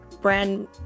brand